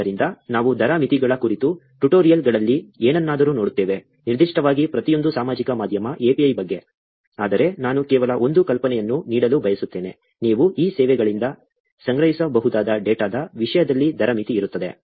ಆದ್ದರಿಂದ ನಾವು ದರ ಮಿತಿಗಳ ಕುರಿತು ಟ್ಯುಟೋರಿಯಲ್ಗಳಲ್ಲಿ ಏನನ್ನಾದರೂ ನೋಡುತ್ತೇವೆ ನಿರ್ದಿಷ್ಟವಾಗಿ ಪ್ರತಿಯೊಂದು ಸಾಮಾಜಿಕ ಮಾಧ್ಯಮ API ಬಗ್ಗೆ ಆದರೆ ನಾನು ಕೇವಲ ಒಂದು ಕಲ್ಪನೆಯನ್ನು ನೀಡಲು ಬಯಸುತ್ತೇನೆ ನೀವು ಈ ಸೇವೆಗಳಿಂದ ಸಂಗ್ರಹಿಸಬಹುದಾದ ಡೇಟಾದ ವಿಷಯದಲ್ಲಿ ದರ ಮಿತಿ ಇರುತ್ತದೆ